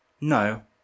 no